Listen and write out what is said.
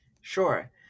Sure